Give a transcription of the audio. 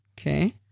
Okay